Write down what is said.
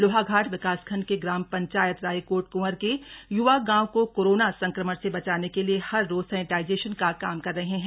लोहाघाट विकासखंड के ग्राम पंचायत राईकोट क्वर के युवा गांव को कोरोना संक्रमण से बचाने के लिए हर रोज सैनिटाइजेशन का काम कर रहे हैं